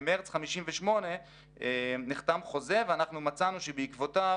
במרץ 58' נחתם חוזה ואנחנו מצאנו שבעקבותיו